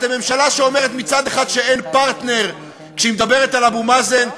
אתם ממשלה שאומרת מצד אחד שאין פרטנר כשהיא מדברת על אבו מאזן,